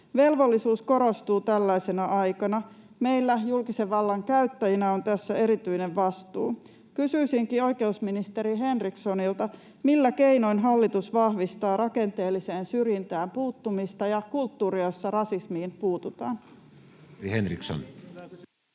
Velvollisuus korostuu tällaisena aikana, ja meillä julkisen vallan käyttäjinä on tässä erityinen vastuu. Kysyisinkin oikeusministeri Henrikssonilta: millä keinoin hallitus vahvistaa rakenteelliseen syrjintään puuttumista ja kulttuuria, jossa rasismiin puututaan? [Speech